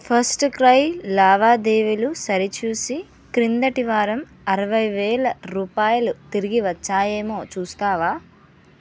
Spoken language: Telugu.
ఫస్ట్ క్రై లావాదేవీలు సరిచూసి క్రిందటి వారం అరవై వేల రూపాయలు తిరిగి వచ్చాయేమో చూస్తావా